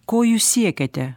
ko jūs siekiate